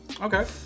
Okay